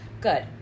Good